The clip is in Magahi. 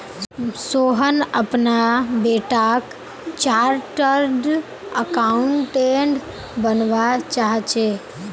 सोहन अपना बेटाक चार्टर्ड अकाउंटेंट बनवा चाह्चेय